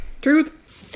Truth